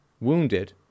wounded